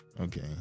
Okay